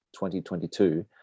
2022